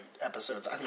episodes